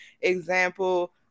example